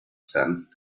sense